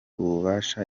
ububasha